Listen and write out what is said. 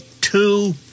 two